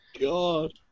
god